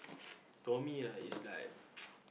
to me lah is like